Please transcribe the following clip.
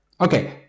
Okay